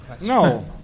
No